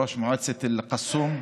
ראש מועצת אל-קסום,